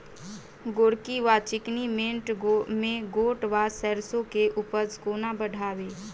गोरकी वा चिकनी मैंट मे गोट वा सैरसो केँ उपज कोना बढ़ाबी?